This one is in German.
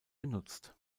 genutzt